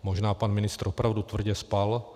Možná pan ministr opravdu tvrdě spal.